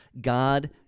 God